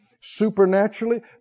supernaturally